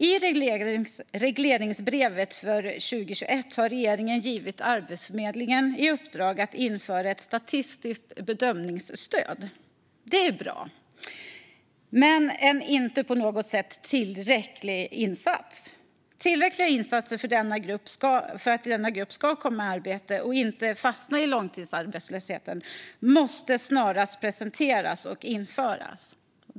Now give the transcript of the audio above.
I regleringsbrevet för 2021 har regeringen givit Arbetsförmedlingen i uppdrag att införa ett statistiskt bedömningsstöd. Det är bra men långtifrån tillräckligt. Tillräckliga insatser för att denna grupp ska komma i arbete och inte fastna i långtidsarbetslöshet måste snarast presenteras och införas.